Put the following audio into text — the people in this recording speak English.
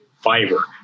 fiber